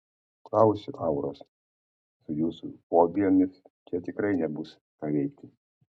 klausiu auros su jūsų fobijomis čia tikrai nebus ką veikti